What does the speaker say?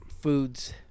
Foods